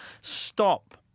stop